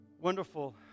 wonderful